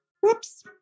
Whoops